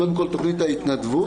קודם כל תכונית ההתנדבות,